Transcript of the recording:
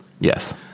Yes